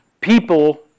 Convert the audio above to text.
people